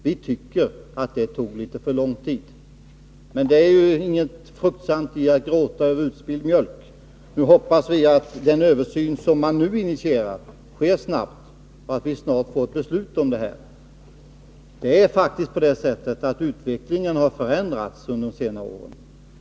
Vi tycker att det tog litet för lång tid. Men att gråta över utspilld mjölk är inte fruktbärande. Vi hoppas att den översyn som nu initierats kommer att genomföras snabbt och att man snart kommer fram till ett beslut. Det är faktiskt på det sättet att utvecklingen förändrats under de senaste åren.